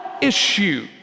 issue